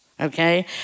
Okay